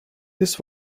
this